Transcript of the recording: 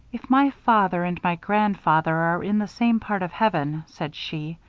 if my father and my grandfather are in the same part of heaven, said she,